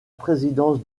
présidence